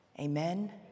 Amen